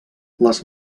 les